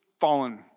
fallen